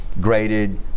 graded